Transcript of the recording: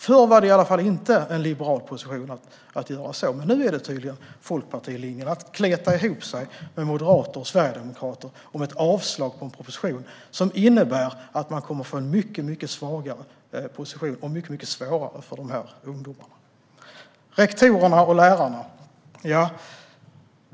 Förr var det i alla fall inte en liberal position att göra så, men nu är det tydligen Liberalernas linje: att kleta ihop sig med moderater och sverigedemokrater om ett avslag på en proposition, vilket innebär att dessa ungdomar kommer att få en mycket svagare position och få det mycket svårare.